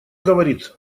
говорит